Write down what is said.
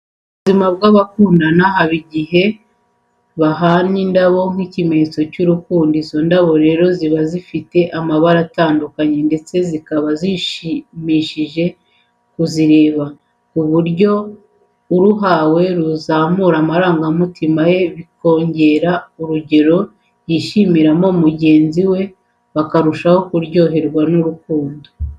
Mu buzima bw'abakundana haba igihe igihe bahana indabo nk'ikimenyetso cy'urukundo. Izo ndabyo rero ziba zifite amabara atandukanye ndetse zikaba zishimishije kuzireba ku buryo uruhawe ruzamura amarangamutima ye bikongera urugero yishimiraho mugenzi we bakarushaho kuryoherwa n'rurkundo.